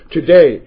Today